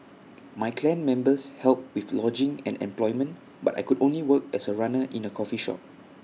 my clan members helped with lodging and employment but I could work only as A runner in A coffee shop